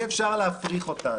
שאי-אפשר להפריך אותן,